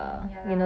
mm